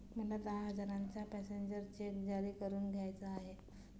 मला दहा हजारांचा पॅसेंजर चेक जारी करून घ्यायचा आहे